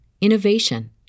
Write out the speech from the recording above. innovation